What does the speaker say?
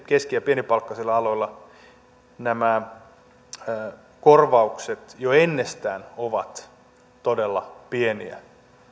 keski ja pienipalkkaisilla aloilla nämä korvaukset jo ennestään ovat todella pieniä